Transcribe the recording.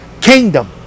kingdom